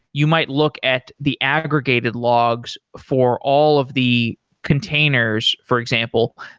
you might look at the aggregated logs for all of the containers for example,